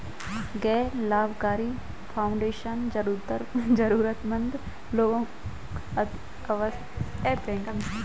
गैर लाभकारी फाउंडेशन जरूरतमन्द लोगों अथवा संस्थाओं को पैसे प्रदान करता है